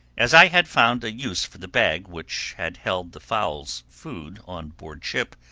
as i had found a use for the bag which had held the fowl's food on board ship,